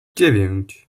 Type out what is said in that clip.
dziewięć